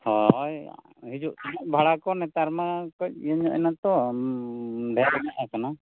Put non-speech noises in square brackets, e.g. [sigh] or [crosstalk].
ᱦᱚᱭ [unintelligible] ᱵᱷᱟᱲᱟᱠᱚ ᱱᱮᱛᱟᱨ ᱢᱟ ᱠᱟᱹᱡ ᱤᱭᱟᱹᱧᱚᱜ ᱮᱱᱟ ᱛᱚ ᱰᱷᱮᱨᱧᱚᱜ ᱟᱠᱟᱱᱟ